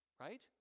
Right